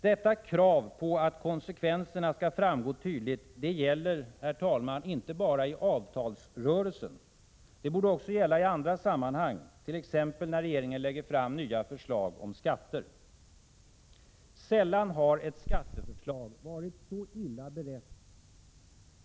Detta krav på att konsekvenserna skall framgå tydligt gäller, herr talman, inte bara i avtalsrörelsen. Det borde gälla också i andra sammanhang, t.ex. när regeringen lägger fram förslag om nya skatter. Sällan har ett skatteförslag varit så illa berett och analyserat som den nu föreslagna pensionsskatten.